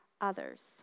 others